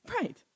Right